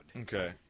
Okay